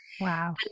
Wow